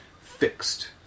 fixed